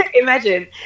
Imagine